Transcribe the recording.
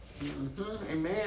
Amen